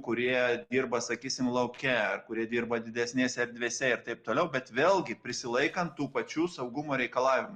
kurie dirba sakysim lauke ar kurie dirba didesnėse erdvėse ir taip toliau bet vėlgi prisilaikant tų pačių saugumo reikalavimų